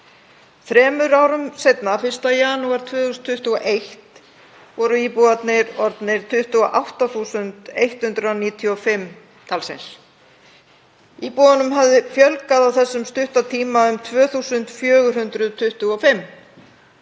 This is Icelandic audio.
Þremur árum seinna, 1. janúar 2021, voru íbúarnir orðnir 28.195. Íbúunum hafði fjölgað á þessum stutta tíma um 2.425.